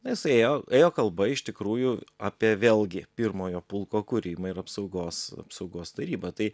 na jisai ėjo ėjo kalba iš tikrųjų apie vėlgi pirmojo pulko kūrimą ir apsaugos apsaugos tarybą tai